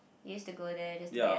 used to go there just to get